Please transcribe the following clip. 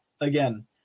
again